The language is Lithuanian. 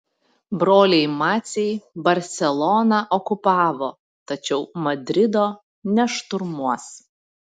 broliai maciai barseloną okupavo tačiau madrido nešturmuos